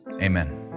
Amen